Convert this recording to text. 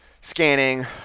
scanning